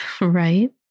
right